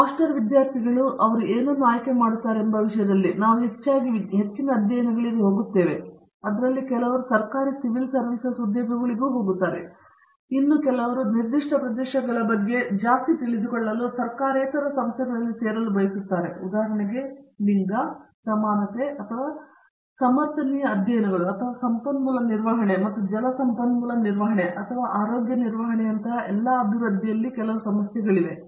master ವಿದ್ಯಾರ್ಥಿಗಳಿಗೆ ಅವರು ಏನನ್ನು ಆಯ್ಕೆ ಮಾಡುತ್ತಾರೆ ಎಂಬ ವಿಷಯದಲ್ಲಿ ನಾವು ಹೆಚ್ಚಾಗಿ ಹೆಚ್ಚಿನ ಅಧ್ಯಯನಗಳಿಗೆ ಹೋಗುತ್ತೇವೆ ಅವರಲ್ಲಿ ಕೆಲವರು ಸರ್ಕಾರಿ ಸಿವಿಲ್ ಸರ್ವೀಸಸ್ ಉದ್ಯೋಗಗಳಿಗೆ ಹೋಗುತ್ತಾರೆ ಇನ್ನು ಕೆಲವರು ಈ ನಿರ್ದಿಷ್ಟ ಪ್ರದೇಶಗಳ ಬಗ್ಗೆ ಇನ್ನಷ್ಟು ತಿಳಿದುಕೊಳ್ಳಲು ಸರ್ಕಾರೇತರ ಸಂಸ್ಥೆಗಳಲ್ಲಿ ಸೇರಲು ಬಯಸುತ್ತಾರೆ ಉದಾಹರಣೆಗೆ ಲಿಂಗ ಸಮಾನತೆ ಅಥವಾ ಸಮರ್ಥನೀಯ ಅಧ್ಯಯನಗಳು ಅಥವಾ ಸಂಪನ್ಮೂಲ ನಿರ್ವಹಣೆ ಮತ್ತು ಜಲ ಸಂಪನ್ಮೂಲ ನಿರ್ವಹಣೆ ಅಥವಾ ಆರೋಗ್ಯ ನಿರ್ವಹಣೆಯಂತಹ ಎಲ್ಲ ಅಭಿವೃದ್ಧಿಯಲ್ಲಿ ಕೆಲವು ಸಮಸ್ಯೆಗಳಿವೆ